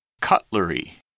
cutlery